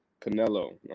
Canelo